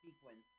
sequence